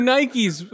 Nikes